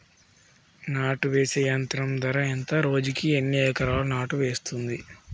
నాటు వేసే యంత్రం ధర ఎంత రోజుకి ఎన్ని ఎకరాలు నాటు వేస్తుంది?